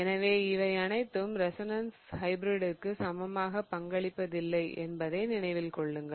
எனவே இவை அனைத்தும் ரெசோனன்ஸ் ஹைபிரிடிற்கு சமமாக பங்களிப்பதில்லை என்பதை நினைவில் கொள்ளுங்கள்